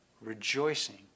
rejoicing